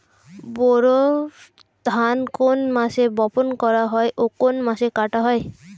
বোরো ধান কোন মাসে বপন করা হয় ও কোন মাসে কাটা হয়?